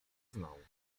znał